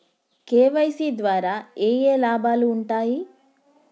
KYC ద్వారా ఏఏ లాభాలు ఉంటాయి?